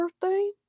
birthday